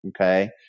okay